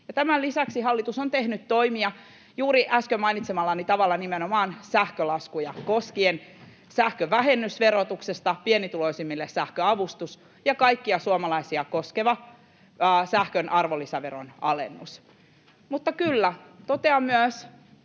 Tämän lisäksi hallitus on tehnyt toimia juuri äsken mainitsemallani tavalla nimenomaan sähkölaskuja koskien: sähkövähennys verotuksesta, pienituloisimmille sähköavustus ja kaikkia suomalaisia koskeva sähkön arvonlisäveron alennus. Mutta kyllä totean myös